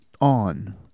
on